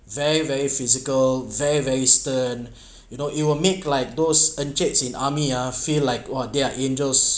very very physical very very stern you know it will make like those encik in army ah feel like !wah! they are angels